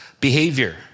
behavior